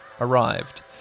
arrived